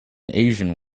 asian